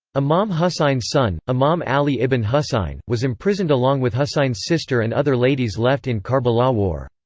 imam husain's son, imam ali ibn husain, was imprisoned along with husain's sister and other ladies left in karbala war.